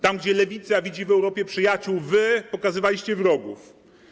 Tam, gdzie Lewica widzi w Europie przyjaciół, wy pokazywaliście wrogów.